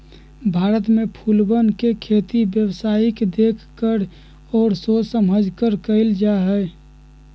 भारत में फूलवन के खेती व्यावसायिक देख कर और सोच समझकर कइल जाहई